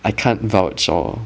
I can't vouch or